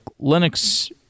Linux